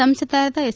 ಸಂಸದರಾದ ಎಸ್